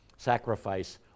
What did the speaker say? sacrifice